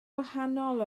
wahanol